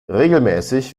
regelmäßig